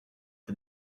for